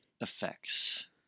Effects